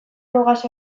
mugaz